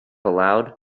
aloud